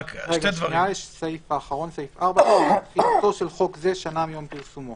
תחילה 4. תחילתו של חוק זה שנה מיום פרסומו.